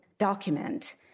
document